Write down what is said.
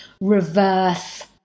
reverse